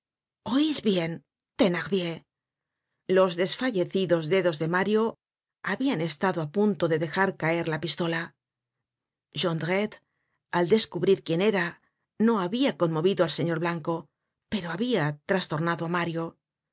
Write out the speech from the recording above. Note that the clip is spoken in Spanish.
oís bien thenardier los desfallecidos dedos de mario habian estado á punto de dejar caer la pistola jondrette al descubrir quien era no habia conmovido al señor blanco pero habia trastornado á mario